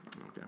Okay